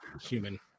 human